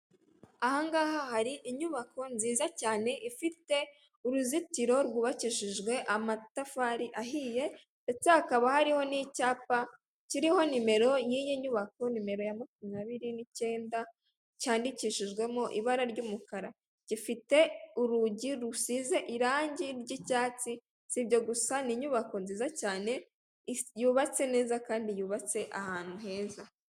Aha ngaha hari inyubako nziza cyane ifite uruzitiro rwubakishije amatafari ahiye ndetse hakaba hariho n'icyapa kiriho nomero yiyi nyubako nimero ya makumyabiri n'icyenda cyandikishijwemo ibara ry'umukara gifite urugi rusize irange ry'icyatsi, sibyo gasa ni inubako nziza cyane yubatse neza kandi yubatse ahantu heza.